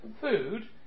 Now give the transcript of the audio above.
food